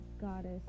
goddess